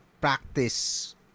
practice